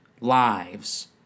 lives